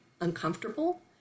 uncomfortable